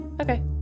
Okay